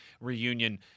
reunion